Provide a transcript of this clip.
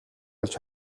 олж